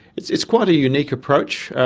it's it's quite a unique approach.